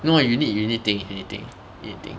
no [what] you need you need think anything anything